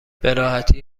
براحتی